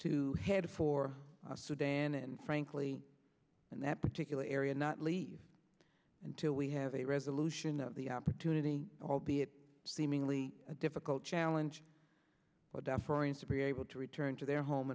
to head for sudan and frankly in that particular area not leave until we have a resolution of the opportunity albeit seemingly a difficult challenge for deference to be able to return to their home